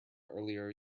earlier